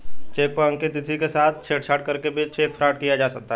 check पर अंकित तिथि के साथ छेड़छाड़ करके भी चेक फ्रॉड किया जाता है